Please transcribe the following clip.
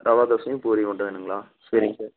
ரவை தோசையும் பூரியும் மட்டும் வேணுங்களா சரிங்க சார்